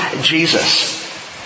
Jesus